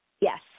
Yes